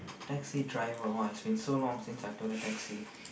taxi driver !wah! it's been so long since I took a taxi